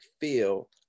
feel